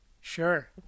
Sure